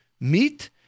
meat